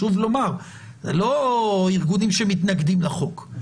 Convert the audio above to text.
זה לא ארגונים שמתנגדים לחוק,